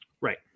right